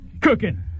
cooking